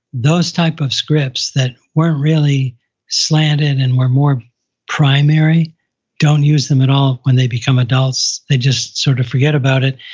those types of scripts that weren't really slanted and were more primary don't use them at all when they become adults. they just sort of forget about it.